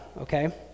okay